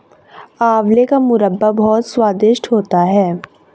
आंवले का मुरब्बा बहुत स्वादिष्ट होता है